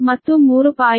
ಮತ್ತು 3